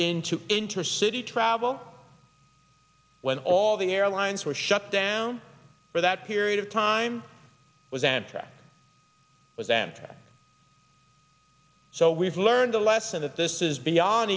into intercity travel when all the airlines were shut down for that period of time was answer was and so we've learned a lesson that this is beyond